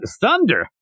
thunder